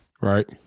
Right